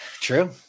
True